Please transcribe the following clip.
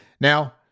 Now